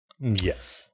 Yes